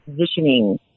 positioning